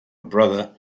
brother